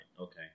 Okay